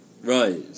Right